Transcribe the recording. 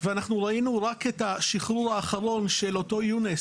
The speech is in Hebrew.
ואנחנו ראינו רק את השחרור האחרון שאותו יוניס